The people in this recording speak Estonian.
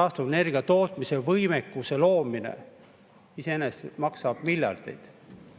taastuvenergia tootmise võimekuse loomine iseenesest maksab miljardeid.